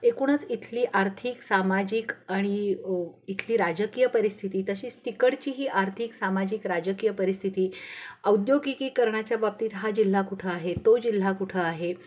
एकूणच इथली आर्थिक सामाजिक आणि इथली राजकीय परिस्थिती तशीच तिकडची ही आर्थिक सामाजिक राजकीय परिस्थिती औद्योगिकीकरणाच्या बाबतीत हा जिल्हा कुठं आहे तो जिल्हा कुठं आहे